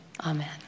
amen